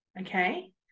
Okay